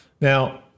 Now